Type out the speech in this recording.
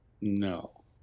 no